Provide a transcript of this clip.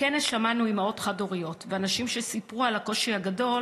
בכנס שמענו אימהות חד-הוריות ואנשים שסיפרו על הקושי הגדול